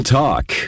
talk